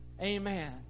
amen